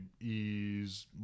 Ease